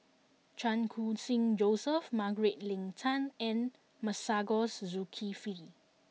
Chan Khun Sing Joseph Margaret Leng Tan and Masagos Zulkifli